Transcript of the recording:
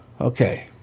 Okay